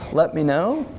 let me know.